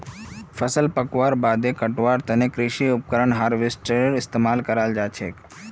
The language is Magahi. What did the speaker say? फसल पकवार बादे कटवार तने कृषि उपकरण हार्वेस्टरेर इस्तेमाल कराल जाछेक